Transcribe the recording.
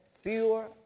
fewer